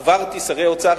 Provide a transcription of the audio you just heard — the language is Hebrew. עברתי שרי אוצר,